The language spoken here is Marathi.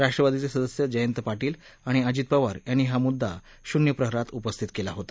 राष्ट्रवादीचे सदस्य जयंत पाटील आणि अजित पवार यांनी हा मुद्दा शून्य प्रहरात उपस्थित केला होता